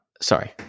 sorry